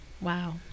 wow